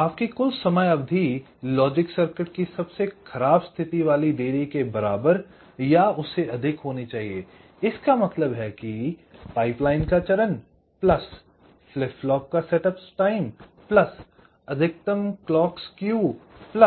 आपकी कुल समयावधि लॉजिक सर्किट की सबसे खराब स्थिति वाली देरी के बराबर या उससे अधिक होनी चाहिए इसका मतलब यह है कि पाइपलाइन का चरण फ्लिप फ्लॉप का सेटअप समय अधिकतम क्लॉक स्केव